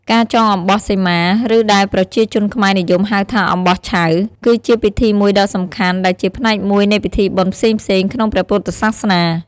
ការចងអំបោះសីមា ឬដែលប្រជាជនខ្មែរនិយមហៅថាអំបោះឆៅ គឺជាពិធីមួយដ៏សំខាន់ដែលជាផ្នែកមួយនៃពិធីបុណ្យផ្សេងៗក្នុងព្រះពុទ្ធសាសនា។